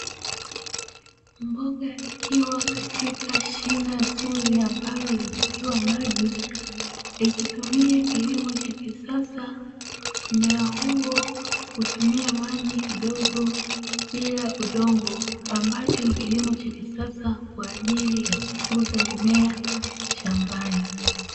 Mboga ikiwa katika shina zuri ambalo limetiwa maji, ikitumia kilimo cha kisasa. Mmea huo hutumia maji kidogo bila udongo, ambacho ni kilimo cha kisasa kwa ajili ya kukuza mimea shambani.